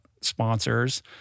sponsors